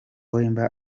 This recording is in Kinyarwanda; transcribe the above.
wemba